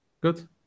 good